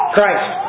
Christ